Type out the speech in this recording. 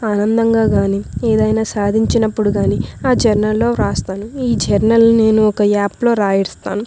ఆనందంగా కానీ ఏదైనా సాధించినప్పుడు కానీ ఆ జర్నల్లో వ్రాస్తాను ఈ జర్నల్ ఒక యాప్లో రాస్తాను